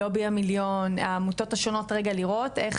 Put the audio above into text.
לובי המיליון והעמותות השונות רגע לראות איך